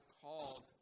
called